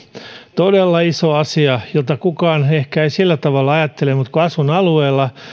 todella iso asia jota kukaan ehkä ei sillä tavalla ajattele mutta itse asun alueella